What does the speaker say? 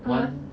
(uh huh)